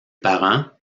parents